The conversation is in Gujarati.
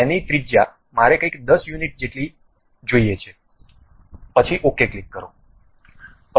તેથી ત્રિજ્યા મારે કંઈક 10 યુનિટ જેટલી જોઈએ છે પછી OK ક્લિક કરો